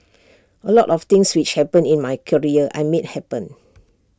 A lot of things which happened in my career I made happen